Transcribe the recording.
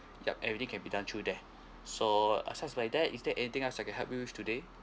yup everything can be done through there so aside by that is there anything else I can help you with today